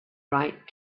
right